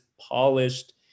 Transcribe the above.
polished